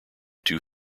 two